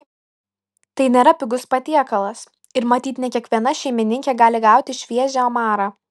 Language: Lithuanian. tai nėra pigus patiekalas ir matyt ne kiekviena šeimininkė gali gauti šviežią omarą